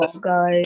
Guys